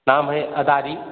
नाम है अदारी